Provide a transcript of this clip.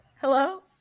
Hello